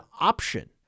option